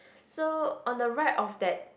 so on the right of that